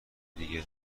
دیگه